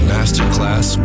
Masterclass